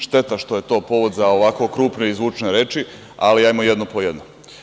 Šteta što je to povod za ovako krupne i zvučne reči, ali ajmo jedno po jedno.